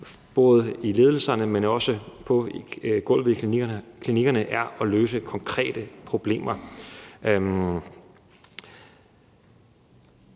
både i ledelserne, men også på gulvet i klinikkerne er at løse konkrete problemer.